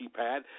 keypad